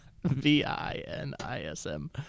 V-I-N-I-S-M